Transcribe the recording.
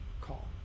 call